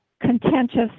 contentious